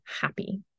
happy